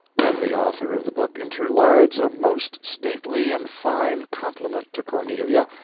then the author of the book interlards a most stately and fine compliment to cornelia,